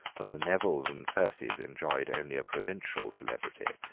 when the nevilles and percies enjoyed only a provincial celebrity,